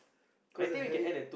cause I had it